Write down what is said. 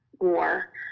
war